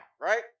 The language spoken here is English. right